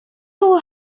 all